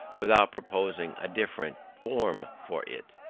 without proposing a different form for it.